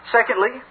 Secondly